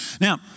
Now